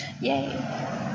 Yay